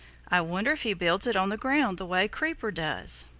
i wonder if he builds it on the ground, the way creeper does.